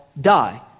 die